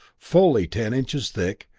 fully ten inches thick,